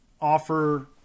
offer